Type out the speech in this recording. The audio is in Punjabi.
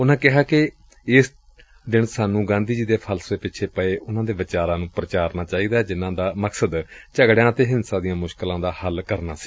ਉਨ੍ਹਾ ਕਿਹਾ ਕਿ ਏਸ ਦਿਨ ਸਾਨੂੰ ਗਾਂਧੀ ਜੀ ਦੇ ਫਸਸਫੇ ਪਿੱਛੇ ਪਏ ਉਨੂਾ ਦੇ ਵਿਚਾਰਾਂ ਨੂੰ ਪ੍ਰਚਾਰਨਾ ਚਾਹੀਦੈ ਜਿਨੂਾ ਦਾ ਮਕਸਦ ਝਗੜਿਆਂ ਅਤੇ ਹਿੰਸਾ ਦੀਆਂ ਮੁਸ਼ਕਲਾਂ ਦਾ ਹੱਲ ਕਰਨਾ ਸੀ